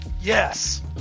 Yes